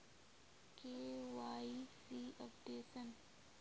KYC updation?